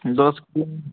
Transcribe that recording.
দশ